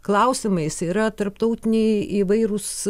klausimais yra tarptautiniai įvairūs